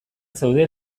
zeuden